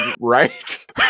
Right